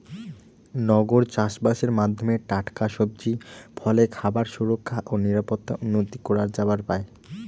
নগর চাষবাসের মাধ্যমে টাটকা সবজি, ফলে খাবার সুরক্ষা ও নিরাপত্তা উন্নতি করা যাবার পায়